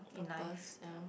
purpose ya